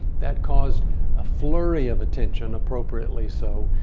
that caused a flurry of attention appropriately so.